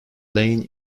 lane